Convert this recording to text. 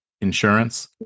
insurance